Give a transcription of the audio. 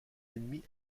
ennemi